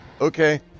Okay